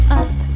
up